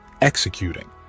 Executing